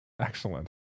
Excellent